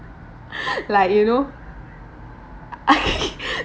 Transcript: like you know